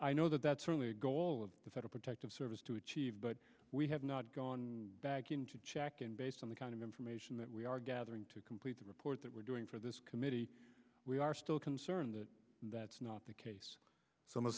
i know that that's certainly a goal of the federal protective service to achieve but we have not gone back into check and based on the kind of information that we are gathering to complete the report that we're doing for this committee we are still concerned that that's not the case so